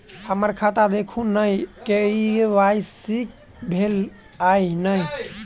हम्मर खाता देखू नै के.वाई.सी भेल अई नै?